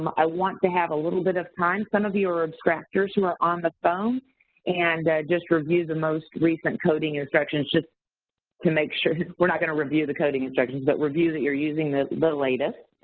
um i want to have a little bit of time, some of you are abstractors who are on the phone and just review the most recent coding instructions just to make sure, we're not gonna review the coding instructions, but review that you're using the latest.